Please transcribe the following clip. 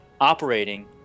operating